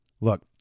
Look